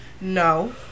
No